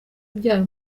abyara